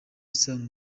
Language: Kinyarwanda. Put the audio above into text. isano